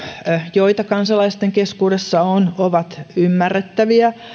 joita kansalaisten keskuudessa on ovat ymmärrettäviä